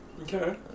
Okay